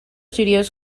studios